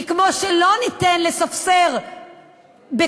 כי כמו שלא ניתן לספסר בקרקע,